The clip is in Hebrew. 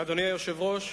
אדוני היושב-ראש,